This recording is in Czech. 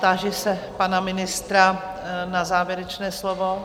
Táži se pana ministra na závěrečné slovo?